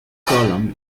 column